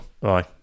Bye